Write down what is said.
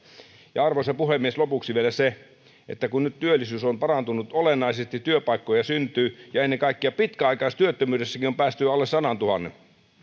arvoisa puhemies lopuksi vielä se että kun nyt työllisyys on parantunut olennaisesti ja työpaikkoja syntyy ja ennen kaikkea pitkäaikaistyöttömyydessäkin on päästy alle sadantuhannen